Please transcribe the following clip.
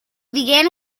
began